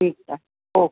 ठीकु आहे ओके